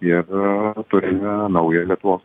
ir turime naują lietuvos